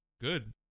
good